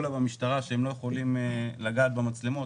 לה במשטרה שהם לא יכולים לגעת במצלמות,